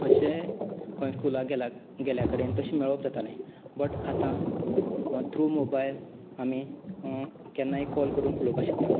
अशेंय खंय स्कुलाक गेला गेल्या कडेन तशें मेळप जातालें बट आतां थ्रू मोबायल आमी केन्नाय कॉल करून उलोवपाक शकता